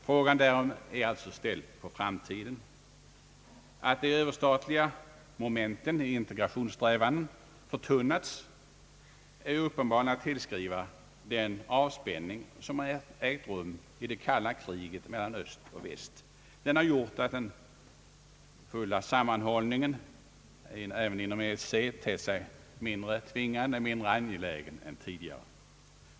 Frågan därom är med andra ord ställd på framtiden, Att de överstatliga momenten i integrationssträvandena = förtunnats är uppenbarligen att tillskriva den avspänning som ägt rum i det kalla kriget mellan öst och väst. Den har gjort att den hundraprocentiga uppslutningen kring EEC tett sig mindre tvingande, mindre angelägen än tidigare.